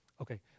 Okay